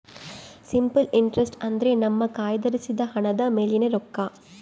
simple interest ಅಂದ್ರೆ ನಮ್ಮ ಕಯ್ದಿರಿಸಿದ ಹಣದ ಮೇಲಿನ ರೊಕ್ಕ